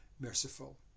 merciful